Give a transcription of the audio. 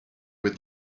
with